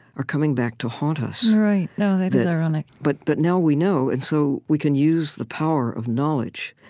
are coming back to haunt us right no, that is ironic but but now we know, and so we can use the power of knowledge.